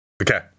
Okay